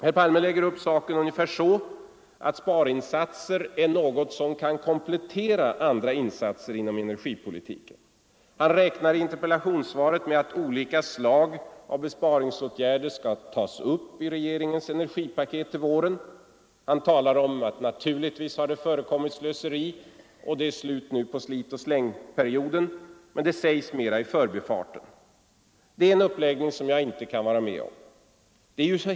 Herr Palme lägger upp Onsdagen den : 5 ::: 6 november 1974 olika slag av besparingsåtgärder skall tas upp i regeringens energipaket till våren. Han talar om att naturligtvis har det förekommit slöseri och saken ungefär så, att sparinsatser är något som kan komplettera andra insatser inom energipolitiken. Han räknar i interpellationssvaret med att Allmänpolitisk att det är slut nu på slit och släng-perioden, men det sägs mera i fördebatt bifarten. Det är en uppläggning som jag inte kan vara med om.